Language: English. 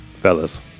Fellas